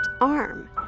arm